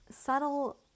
subtle